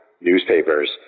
newspapers